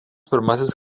pirmasis